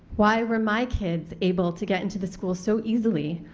why were my kids able to get into the school so easily,